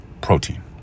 protein